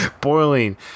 boiling